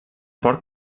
porc